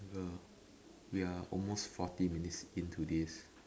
uh we are almost forty minutes into this